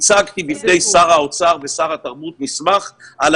הצגתי בפני שר האוצר ושר התרבות מסמך על